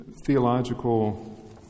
Theological